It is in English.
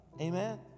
amen